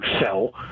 sell